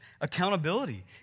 Accountability